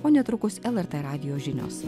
o netrukus lrt radijo žinios